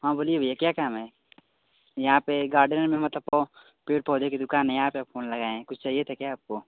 हाँ बोलिए भैया क्या काम है यहाँ पर गार्डन में मतलब पेड़ पौधे की दुकान है यहाँ पर आप फोन लगाए हैं कुछ चाहिए था क्या आपको